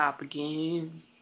again